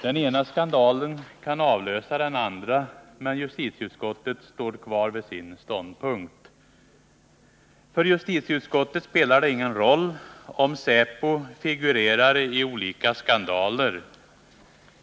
Den ena skandalen kan avlösa den andra, men justitieutskottet står kvar vid sin ståndpunkt. För justitieutskottet spelar det ingen roll om säpo figurerar i olika skandaler.